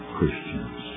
Christians